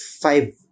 Five